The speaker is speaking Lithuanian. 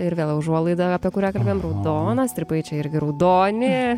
ir vėl užuolaida apie kurią kalbėjom raudona strypai čia irgi raudoni